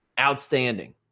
Outstanding